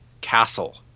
castle